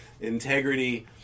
Integrity